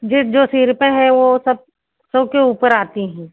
जिस जो सीरपें हैं वे सब सौ के ऊपर आती हैं